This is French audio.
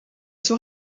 sont